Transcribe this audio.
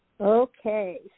Okay